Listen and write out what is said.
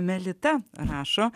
melita rašo